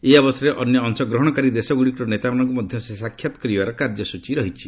ଏହି ଅବସରରେ ଅନ୍ୟ ଅଂଶଗ୍ରହଣକାରୀ ଦେଶଗୁଡ଼ିକର ନେତାମାନଙ୍କୁ ମଧ୍ୟ ସେ ସାକ୍ଷାତ କରିବାର କାର୍ଯ୍ୟସ୍ଚୀ ରହିଛି